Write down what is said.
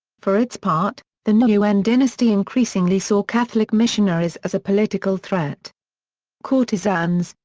for its part, the nguyen dynasty increasingly saw catholic missionaries as a political threat courtesans,